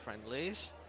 friendlies